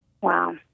Wow